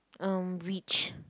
um which